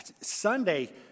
Sunday